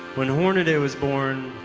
when hornaday was born,